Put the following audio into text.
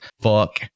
fuck